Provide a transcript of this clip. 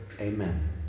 Amen